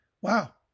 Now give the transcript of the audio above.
wow